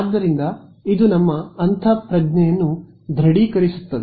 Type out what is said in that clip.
ಆದ್ದರಿಂದ ಇದು ನಮ್ಮ ಅಂತಃಪ್ರಜ್ಞೆಯನ್ನು ದೃಢೀಕರಿಸುತ್ತಿದೆ